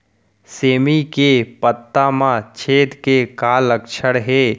सेमी के पत्ता म छेद के का लक्षण हे?